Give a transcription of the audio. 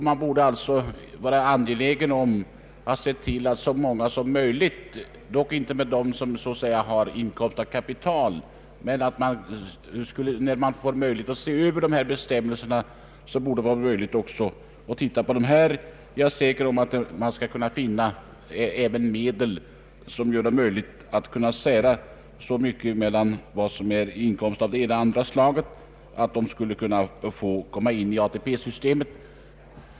Man borde därför vara angelägen om att se till att så många som möjligt får tillgodoräkna sig ATP-poäng, dock inte för inkomster av kapital. När det blir möjligt att se över bestämmelserna, borde man också titta på den här detaljen. Jag är säker på att det skall gå att finna metoder för att särskilja vad som är inkomst av det ena och det andra slaget.